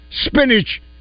spinach